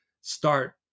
start